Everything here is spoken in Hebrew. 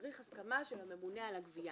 צריך הסכמה של הממונה על הגבייה.